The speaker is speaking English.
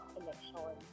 election